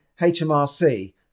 HMRC